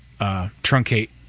truncate